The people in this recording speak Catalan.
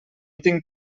tinc